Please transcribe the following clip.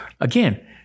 again